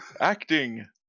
Acting